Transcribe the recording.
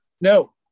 no